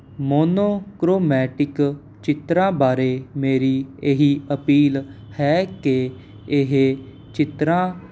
monochromatic ਚਿੱਤਰਾਂ ਬਾਰੇ ਮੇਰੀ ਇਹੀ ਅਪੀਲ ਹੈ ਕਿ ਇਹ ਚਿੱਤਰਾਂ